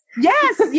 Yes